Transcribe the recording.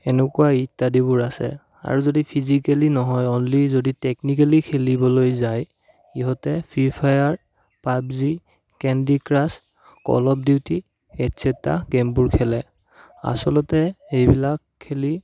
এনেকুৱা ইত্যাদিবোৰ আছে আৰু যদি ফিজিকেলি নহয় অনলি যদি টেকনিকেলি খেলিবলৈ যায় ইহঁতে ফ্ৰি ফায়াৰ পাব জি candy crush call of duty etcetera গেমবোৰ খেলে আচলতে সেইবিলাক খেলি